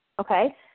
Okay